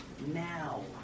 now